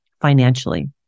financially